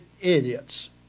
idiots